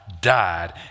died